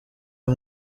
uyu